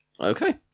Okay